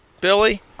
Billy